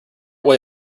way